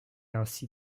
ainsi